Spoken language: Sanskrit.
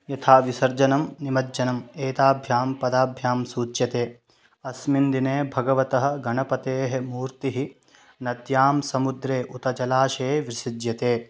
यथा विसर्जनं निमज्जनम् एताभ्यां पदाभ्यां सूच्यते अस्मिन् दिने भगवतः गणपतेः मूर्तिः नद्यां समुद्रे उत जलाषे विसृज्यते